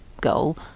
goal